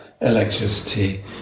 electricity